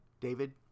David